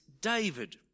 David